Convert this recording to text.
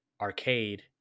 arcade